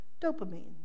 dopamine